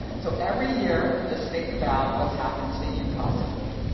so every year, just think about what's happened to you possibly.